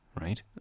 right